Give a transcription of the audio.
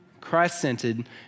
Christ-centered